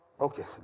Okay